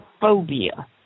phobia